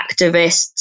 activists